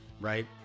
right